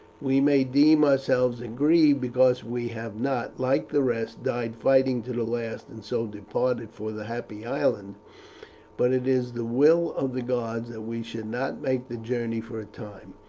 we may deem ourselves aggrieved because we have not, like the rest, died fighting to the last, and so departed for the happy island but it is the will of the gods that we should not make the journey for a time.